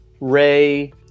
Ray